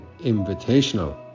Invitational